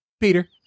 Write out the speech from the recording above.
Peter